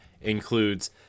includes